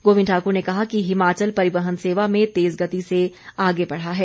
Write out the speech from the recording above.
गोविंद ठाकुर ने कहा कि हिमाचल परिवहन सेवा में तेज गति से आगे बढ़ा है